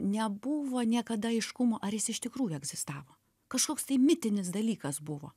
nebuvo niekada aiškumo ar jis iš tikrųjų egzistavo kažkoks tai mitinis dalykas buvo